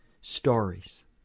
stories